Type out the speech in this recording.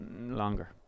Longer